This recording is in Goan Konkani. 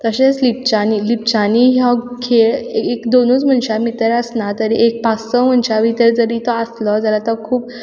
तशेंच लिपच्यांनी लिपच्यांनी हो खेळ एक दोनूय मनशांनी भितर आसना तर एक पांच स मनशां भितर तरी तो आसलो जाल्यार तो